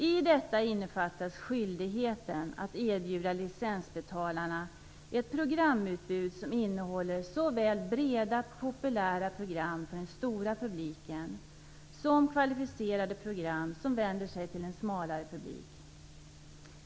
I detta innefattas skyldigheten att erbjuda licensbetalarna ett programutbud som innehåller såväl breda populära program för den stora publiken som kvalificerade program som vänder sig till en smalare publik.